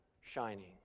shining